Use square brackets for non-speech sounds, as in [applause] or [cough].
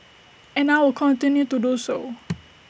and I will continue to do so [noise]